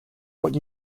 what